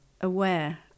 aware